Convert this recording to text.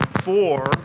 four